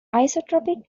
isotropic